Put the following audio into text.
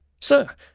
Sir